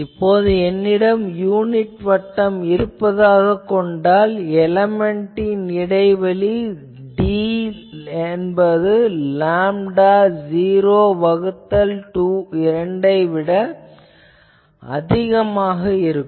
இப்போது என்னிடம் யூனிட் வட்டம் இருப்பதாகக் கொண்டால் எலேமென்ட்டின் இடைவெளி d என்பது லேம்டா 0 வகுத்தல் 2 ஐ விட அதிகமாக இருக்கும்